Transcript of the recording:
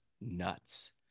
nuts